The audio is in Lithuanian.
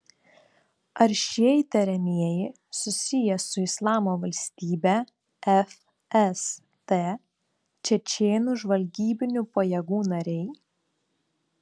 ar šie įtariamieji susiję su islamo valstybe fst čečėnų žvalgybinių pajėgų nariai